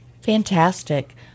Fantastic